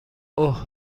اوه